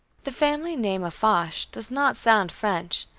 the family name of foch does not sound french,